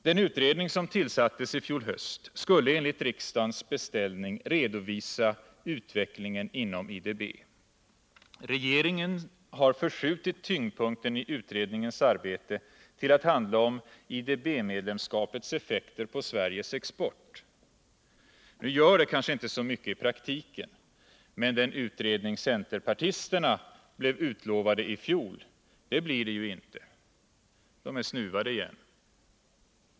Den utredning som tillsattes i fjol höst skulle enligt riksdagens beställning redovisa utvecklingen inom IDB. Regeringen har förskjutit tyngdpunkten i utredningens arbete till att handla om IDB-medlemskapets effekter på Sveriges export. Det gör kanske inte så mycket i praktiken, men en sådan utredning som centerpartisterna blev utlovade i fjol blir det ju inte. De blir snuvade igen.